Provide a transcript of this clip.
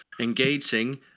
engaging